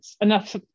enough